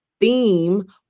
theme